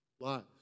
lives